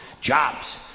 Jobs